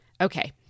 Okay